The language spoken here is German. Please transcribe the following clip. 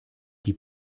die